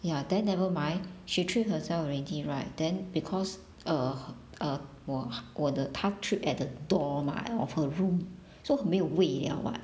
ya then nevermind she trip herself already right then because uh uh 我我的她 trip at the door mah of her room so 没有位 liao what